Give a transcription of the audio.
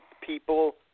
people